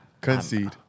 concede